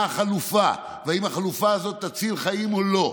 החלופה ואם החלופה הזאת תציל חיים או לא.